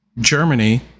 Germany